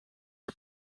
are